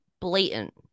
blatant